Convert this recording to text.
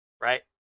right